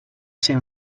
ser